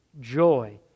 joy